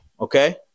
okay